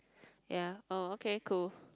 ya oh okay cool